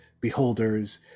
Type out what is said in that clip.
Beholders